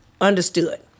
Understood